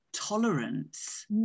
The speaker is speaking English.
tolerance